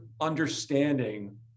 understanding